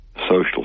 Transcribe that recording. social